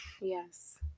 yes